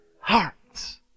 hearts